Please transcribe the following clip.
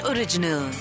Original